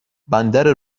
بندر